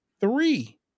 three